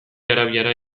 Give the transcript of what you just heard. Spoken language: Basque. arabiara